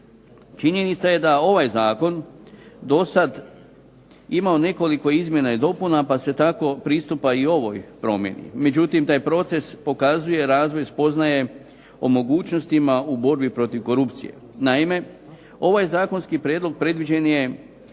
Činjenica je da je ovaj zakon dosad imao nekoliko izmjena i dopuna pa se tako pristupa i ovoj promjeni, međutim taj proces pokazuje razvoj spoznaje o mogućnostima u borbi protiv korupcije. Naime, ovaj zakonski prijedlog predviđen je